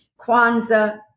Kwanzaa